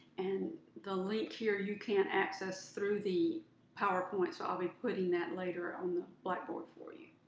and the link here, you can't access through the powerpoint so i'll be putting that later on the blackboard for you.